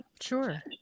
sure